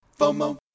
FOMO